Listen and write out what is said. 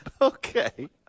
Okay